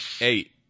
Eight